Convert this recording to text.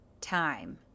time